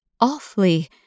awfully